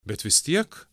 bet vis tiek